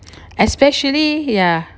especially ya